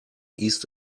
east